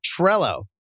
Trello